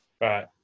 Right